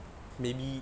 maybe